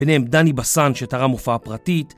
ביניהם דני בסן שתרם הופעה פרטית